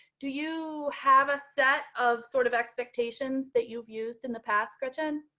do you have a set of sort of expectations that you've used in the past. gretchen.